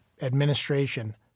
administration